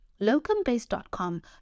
locumbase.com